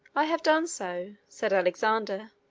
i have done so, said alexander.